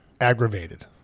aggravated